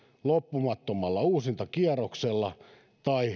loppumattomalla uusintakierroksella tai